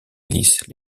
milice